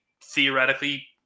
theoretically –